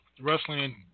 Wrestling